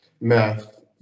math